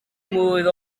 mlwydd